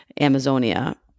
Amazonia